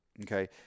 Okay